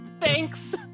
Thanks